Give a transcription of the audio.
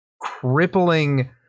crippling